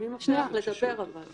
מי מפריע לך לדבר אבל?